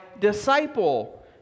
disciple